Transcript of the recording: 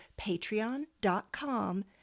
patreon.com